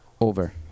over